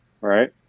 right